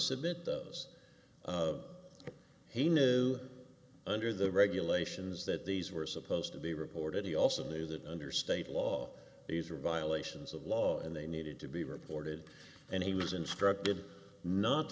submit those he knew under the regulations that these were supposed to be reported he also knew that under state law these were violations of law and they needed to be reported and he was instructed not